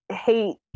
hate